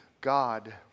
God